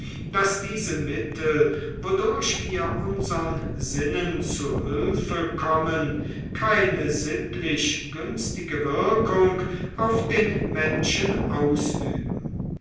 daß diese mittel wodurch wir unsern sinnen zu hülfe kommen keine sittlich günstige wirkung auf den menschen ausüben